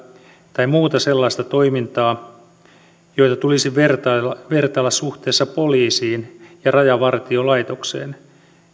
tai muuta sellaista toimintaa jota tulisi vertailla vertailla suhteessa poliisiin ja rajavartiolaitokseen